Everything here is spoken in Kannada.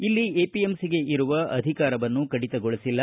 ಇಲ್ಲಿ ಎಪಿಎಂಸಿಗೆ ಇರುವ ಅಧಿಕಾರವನ್ನು ಕಡಿತಗೊಳಿಸಿಲ್ಲ